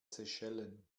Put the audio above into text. seychellen